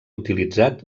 utilitzat